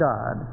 God